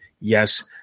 yes